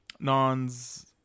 non's